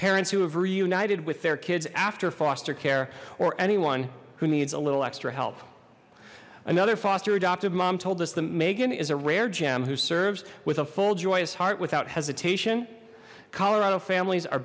parents who have reunited with their kids after foster care or anyone who needs a little extra help another foster adoptive mom told us the megan is a rare gem who serves with a full joyous heart without hesitation colorado families are